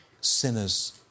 sinners